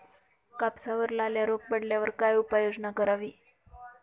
कापसावर लाल्या रोग पडल्यावर काय उपाययोजना करावी?